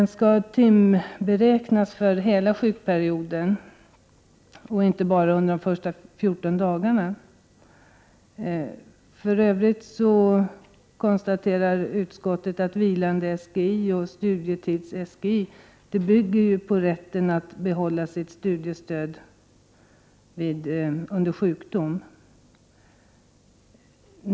Den skall timbestämmas för hela sjukperioden och inte bara för de första 14 dagarna. Utskottet konstaterar för övrigt att vilande SGI och studietids-SGI bygger på rätten att behålla sitt studiestöd under sjukdom.